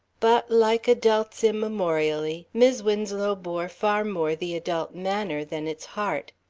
but, like adults immemorially, mis' winslow bore far more the adult manner than its heart.